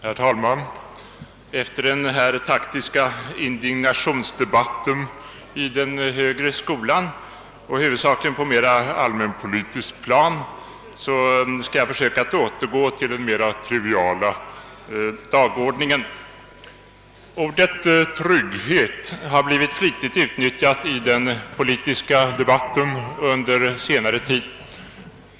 Herr talman! Efter den här taktiska indignationsdebatten i den högre skolan och huvudsakligen på mera allmänpolitiskt plan skall jag försöka återgå till den mera triviala dagordningen. Ordet »trygghet» har blivit flitigt utnyttjat i den politiska debatten under senare tid.